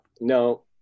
No